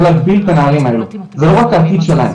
להגביל את הנערים האלה זה לא רק העתיד שלהם,